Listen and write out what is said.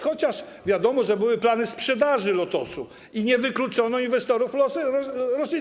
Chociaż wiadomo, że były plany sprzedaży Lotosu i nie wykluczono inwestorów rosyjskich.